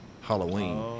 Halloween